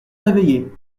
réveiller